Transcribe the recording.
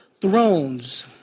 thrones